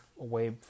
away